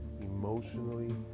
emotionally